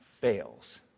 fails